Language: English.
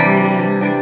Sing